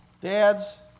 Dads